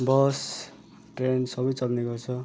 बस train सबै चल्ने गर्छ